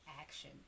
action